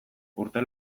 urte